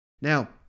Now